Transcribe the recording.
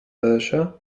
persia